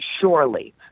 surely